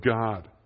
God